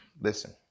Listen